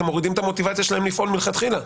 אתם מורידים את המוטיבציה שלהם לפעול מלכתחילה.